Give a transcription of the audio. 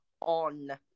On